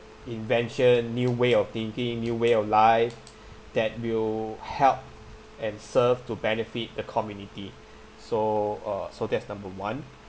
invention new way of thinking new way of life that will help and serve to benefit the community so uh so that's number one